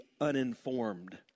uninformed